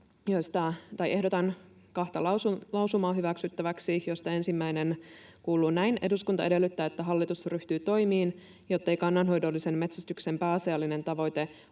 Ehdotankin kahta lausumaa hyväksyttäväksi, joista ensimmäinen kuuluu näin: ”Eduskunta edellyttää, että hallitus ryhtyy toimiin, jottei kannanhoidollisen metsästyksen pääasiallinen tavoite ole